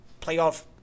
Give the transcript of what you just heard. playoff